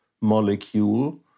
molecule